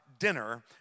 dinner